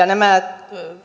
nämä